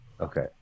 Okay